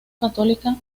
católica